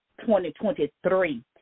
2023